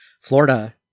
Florida